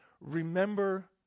Remember